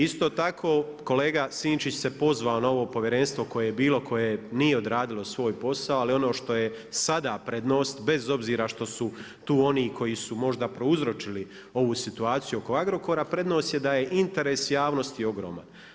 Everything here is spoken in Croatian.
Isto tako, kolega Sinčić se pozvao na Povjerenstvo koje je bilo, koje nije odradilo svoj posao, ali ono što je sada prednost bez obzira što su tu oni koji su možda prouzročili ovu situaciju oko Agrokora, prednost je da je interes javnosti ogroman.